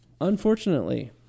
unfortunately